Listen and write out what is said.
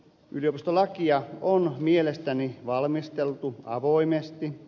yliopistolakia on mielestäni valmisteltu avoimesti